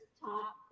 top